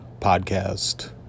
podcast